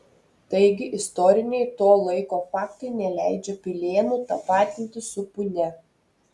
taigi istoriniai to laiko faktai neleidžia pilėnų tapatinti su punia